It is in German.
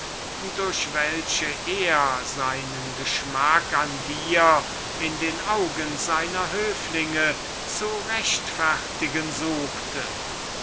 apologie wodurch er den geschmack den er an dir fand in den augen seiner höflinge zu rechtfertigen suchte